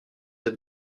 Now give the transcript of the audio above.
être